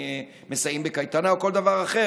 מסייעים בקייטנה או כל דבר אחר,